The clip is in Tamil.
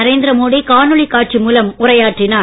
நரேந்திர மோடி காணொளி காட்சி மூலம் உரையாற்றினார்